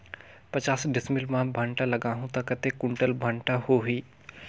पचास डिसमिल मां भांटा लगाहूं ता कतेक कुंटल भांटा होही?